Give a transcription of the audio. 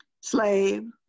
slave